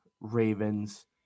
Ravens